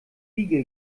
wiege